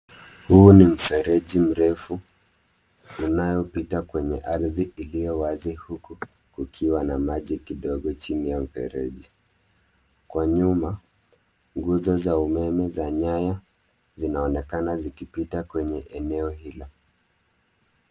Huu ni mfereji mrefu inayopita kwenye ardhi iliyowazi huku ukiwa na maji kidogo chini ya mfereji, kwa nyuma nguzo za umeme za nyanya zinaonekana zikipita kwenye eneo hilo.